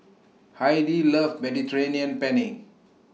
Heidi loves Mediterranean Penne